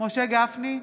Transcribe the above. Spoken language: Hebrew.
משה גפני,